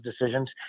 decisions